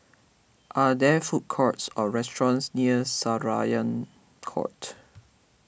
are there food courts or restaurants near Syariah Court